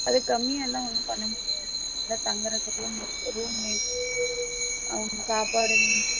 அதுக்கு கம்மியாகலாம் ஒன்றும் பண்ண முடியாதுங்க தங்குறதுக்கு ரூம் இருக்குது ரூம் வேணும் அவங்களுக்கு சாப்பாடு வேணும்